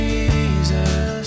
Jesus